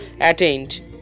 attained